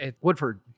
Woodford